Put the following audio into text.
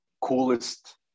coolest